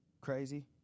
crazy